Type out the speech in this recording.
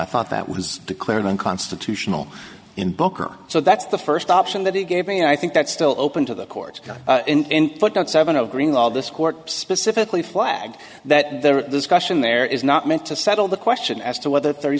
i thought that was declared unconstitutional in booker so that's the first option that he gave me i think that's still open to the courts and put out seven of green all this court specifically flag that there's caution there is not meant to settle the question as to whether thirty